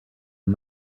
can